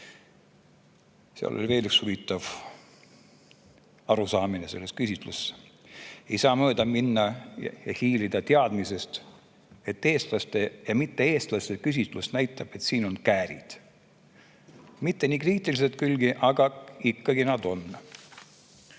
Seal oli veel üks huvitav arusaam selles küsitluses. Ei saa mööda minna, mööda hiilida teadmisest, et eestlaste ja mitte-eestlaste küsitlus näitab, et siin on käärid – mitte kuigi kriitilised, aga ikkagi nad on.